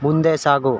ಮುಂದೆ ಸಾಗು